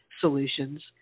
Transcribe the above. solutions